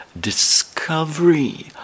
discovery